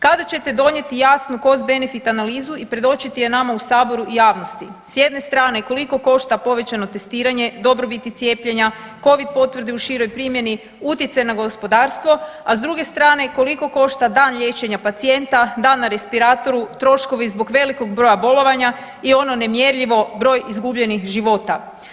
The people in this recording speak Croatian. Kada ćete donijeti jasnu cost benefit analizu i predočiti je nama u saboru i javnosti, s jedne strane koliko košta povećano testiranje, dobrobiti cijepljenja, covid potvrde u široj primjeni, utjecaj na gospodarstvo, a s druge strane koliko košta dan liječenja pacijenta, dan na respiratoru, troškovi zbog velikog broja bolovanja i ono nemjerljivo, broj izgubljenih života?